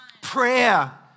Prayer